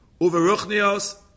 Uveruchnios